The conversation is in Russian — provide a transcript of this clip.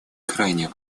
крайне